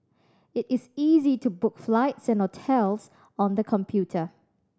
it is easy to book flights and hotels on the computer